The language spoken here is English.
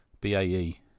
B-A-E